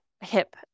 Hip